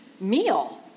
meal